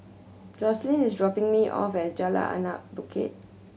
Joseline is dropping me off at Jalan Anak Bukit